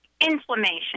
Inflammation